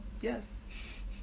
yes